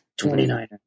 29er